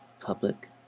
Public